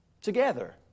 together